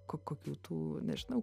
ko kokių tų nežinau